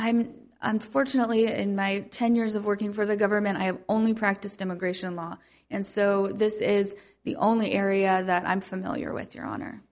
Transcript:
mean unfortunately in my ten years of working for the government i have only practiced immigration law and so this is the only area that i'm familiar with your honor